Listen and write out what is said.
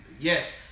Yes